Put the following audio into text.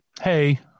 Hey